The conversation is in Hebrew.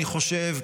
אני חושב,